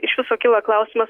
iš viso kyla klausimas